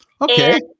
okay